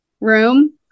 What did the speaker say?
room